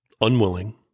unwilling